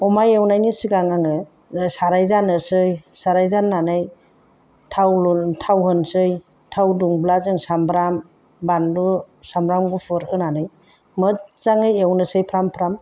अमा एवनायनि सिगां आङो साराय जाननोसै साराय जाननानै थाव होनोसै थाव दुंब्ला जों साम्ब्राम बानलु सामब्राम गुफुर होनानै मोजाङै एवनोसै फ्राम फ्राम